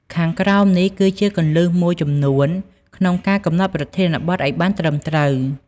ខាងក្រោមនេះជាគន្លឹះមួយចំនួនក្នុងការកំណត់ប្រធានបទឲ្យបានត្រឺមត្រូវ៖